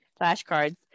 flashcards